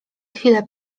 chwilę